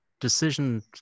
decision